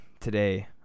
today